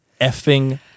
effing